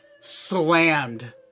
slammed